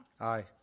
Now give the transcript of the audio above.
Aye